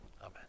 Amen